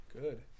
Good